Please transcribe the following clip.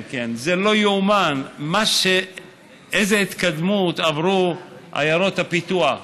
זה לא ייאמן איזו התקדמות עברו עיירות הפיתוח,